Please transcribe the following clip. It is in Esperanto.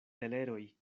teleroj